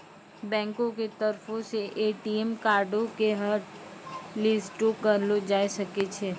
बैंको के तरफो से ए.टी.एम कार्डो के हाटलिस्टो करलो जाय सकै छै